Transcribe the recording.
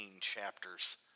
chapters